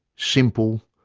simple,